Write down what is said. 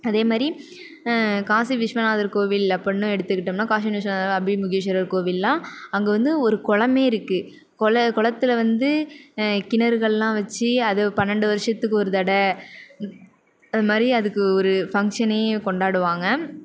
அதேமாதிரி காசி விஸ்வநாதர் கோவில் அப்படினு எடுத்துக்கிட்டோம்னால் காசி விஸ்வநாதர் அபி முகேஷ்வரர் கோவிலெல்லாம் அங்கே வந்து ஒரு குளமே இருக்குது குள குளத்தில் வந்து கிணறுகளெலாம் வச்சு அதை பன்னெண்டு வருஷத்துக்கு ஒரு தடவை அந்தமாதிரி அதுக்கு ஒரு ஃபங்சனே கொண்டாடுவாங்க